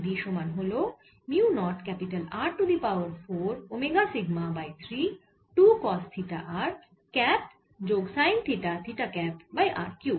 B সমান হল mu naught R to the power 4 omega sigma by 3 2 cos theta r cap যোগ sine theta theta cap by r cube